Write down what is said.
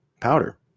powder